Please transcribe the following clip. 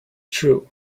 true